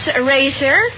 eraser